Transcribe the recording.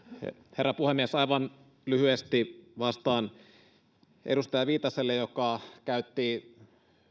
herra puhemies aivan lyhyesti vastaan edustaja viitaselle joka käytti